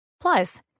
Plus